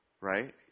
Right